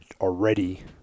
already